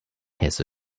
hesse